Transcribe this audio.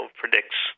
predicts